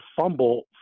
fumble